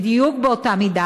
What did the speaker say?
אמרתי אחרת?